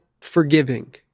forgiving